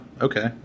okay